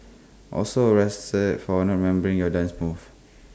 also arrested for not remembering your dance moves